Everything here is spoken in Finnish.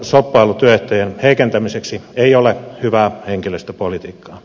shoppailu työehtojen heikentämiseksi ei ole hyvää henkilöstöpolitiikkaa